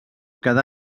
quedar